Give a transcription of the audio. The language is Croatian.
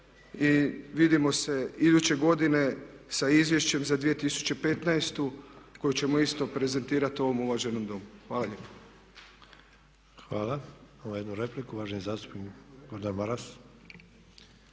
i vidimo se iduće godine sa izvješćem za 2015. koje ćemo isto prezentirati u ovom uvaženom Domu. Hvala lijepa. **Sanader, Ante (HDZ)** Hvala. Ima jedna replika, uvaženi zastupnik Gordan Maras.